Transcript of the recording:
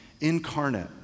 incarnate